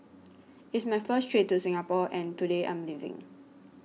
it's my first trip to Singapore and today I'm leaving